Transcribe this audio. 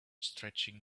stretching